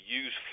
use